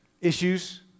issues